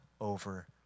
over